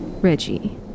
Reggie